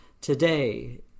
today